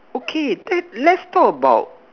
okay let let's talk about